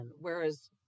whereas